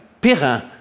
Perrin